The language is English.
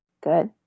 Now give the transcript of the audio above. Good